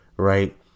Right